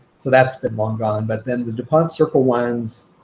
so that's been long gone. but then the dupont circle ones